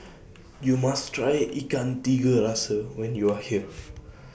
YOU must Try Ikan Tiga Rasa when YOU Are here